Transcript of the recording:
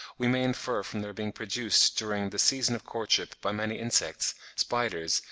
we may infer from their being produced during the season of courtship by many insects, spiders,